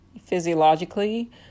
physiologically